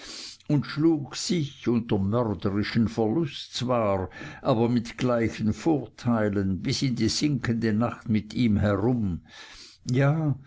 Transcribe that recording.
und schlug sich unter mörderischem verlust zwar aber mit gleichen vorteilen bis in die sinkende nacht mit ihm herum ja